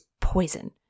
poison